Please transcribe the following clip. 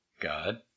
God